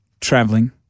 traveling